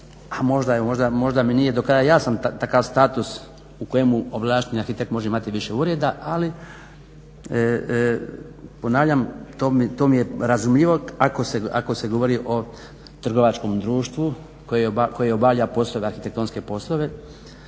možda mi nije do kraja jasan taj status u kojemu ovlašteni arhitekt može imati više ureda, ali ponavljam to mi je razumljivo, ako se govori o trgovačkom društvu koje obavlja poslove, arhitektonske poslove,